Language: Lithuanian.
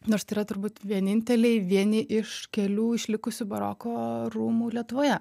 nors tai yra turbūt vieninteliai vieni iš kelių išlikusių baroko rūmų lietuvoje